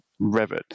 Revit